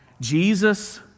Jesus